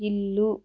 ఇల్లు